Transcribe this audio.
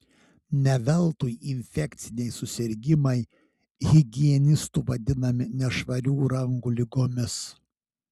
ne veltui infekciniai susirgimai higienistų vadinami nešvarių rankų ligomis